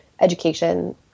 education